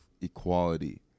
equality